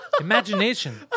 imagination